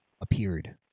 appeared